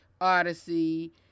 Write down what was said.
odyssey